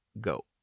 go